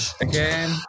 Again